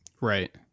Right